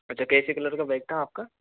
अच्छा कैसे कलर का बैग था आपका